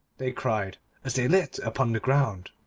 they cried as they lit upon the ground,